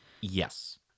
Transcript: Yes